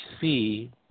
see